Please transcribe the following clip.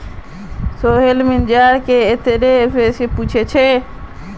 Sohail manager से ई योजनात वापसीर आंतरिक दरेर बारे पुछले